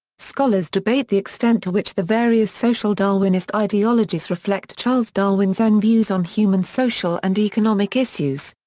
scholars debate the extent to which the various social darwinist ideologies reflect charles darwin's own views on human social and economic issues.